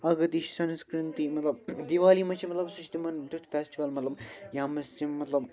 آگاتی چھِ سنٛسکرتنتی مطلب دیوالی منٛز چھِ مطلب سُہ چھُ تِمن تٮُ۪تھ فیسٹٕول مطلب یتھ منٛز تِم مطلب